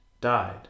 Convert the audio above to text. died